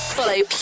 Follow